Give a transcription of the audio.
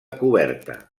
coberta